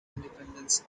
independence